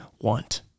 want